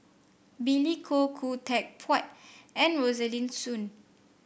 Billy Koh Khoo Teck Puat and Rosaline Soon